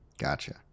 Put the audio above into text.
Gotcha